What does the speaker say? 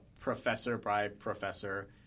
professor-by-professor